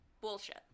Bullshit